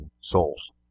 souls